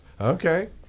Okay